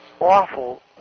awful